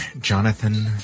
Jonathan